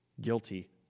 guilty